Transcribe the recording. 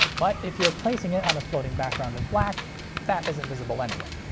but if you're placing it on a floating background of black that isn't visible anyway.